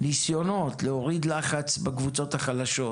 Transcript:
ניסיונות להוריד לחץ בקבוצות החלשות